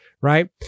right